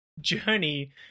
journey